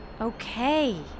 Okay